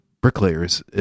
bricklayers